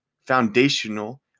foundational